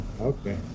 okay